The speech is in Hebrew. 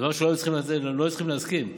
דבר שהם לא היו צריכים להסכים עליו.